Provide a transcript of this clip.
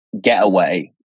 getaway